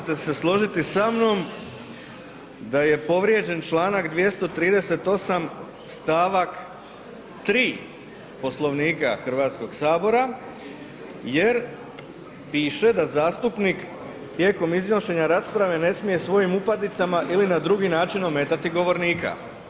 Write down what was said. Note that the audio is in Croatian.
Sigurno ćete se složiti sa mnom da je povrijeđen Članak 238. stavak 3. Poslovnika Hrvatskog sabora jer piše da zastupnik tijekom iznošenja rasprave ne smije svojim upadicama ili na drugi način ometati govornika.